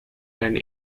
and